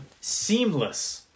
seamless